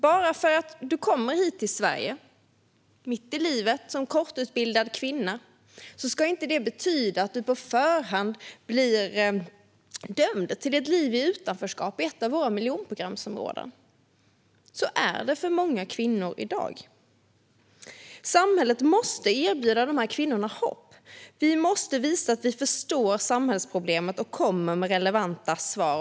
Bara för att du kommer hit till Sverige mitt i livet som kortutbildad kvinna ska det inte betyda att du på förhand blir dömd till ett liv i utanförskap i ett av våra miljonprogramsområden. Så är det för många kvinnor i dag. Samhället måste erbjuda de här kvinnorna hopp. Vi måste visa att vi förstår samhällsproblemet och kommer med relevanta svar.